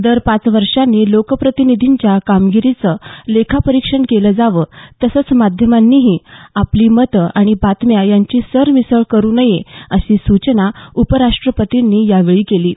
दर पाच वर्षांनी लोकप्रतिनिधींच्या कामगिरीचं लेखापरीक्षण केलं जावं तसंच माध्यमानीही आपली मतं आणि बातम्या यांची सरमिसळ करु नये अशी सूचना उपराष्ट्रपतींनी यावेळी केली आहे